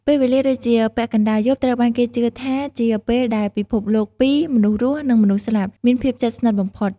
ពេលវេលាដូចជាពាក់កណ្តាលយប់ ត្រូវបានគេជឿថាជាពេលដែលពិភពលោកពីរ មនុស្សរស់ និងមនុស្សស្លាប់ មានភាពជិតស្និទ្ធបំផុត។